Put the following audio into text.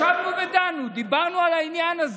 ישבנו ודנו, דיברנו על העניין הזה.